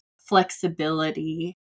flexibility